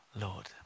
Lord